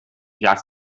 gas